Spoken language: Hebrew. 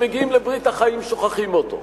וכשמגיעים לברית החיים שוכחים אותו.